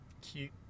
Cute